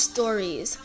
Stories